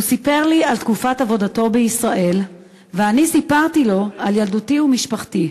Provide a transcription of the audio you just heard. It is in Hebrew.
הוא סיפר לי על תקופת עבודתו בישראל ואני סיפרתי לו על ילדותי ומשפחתי.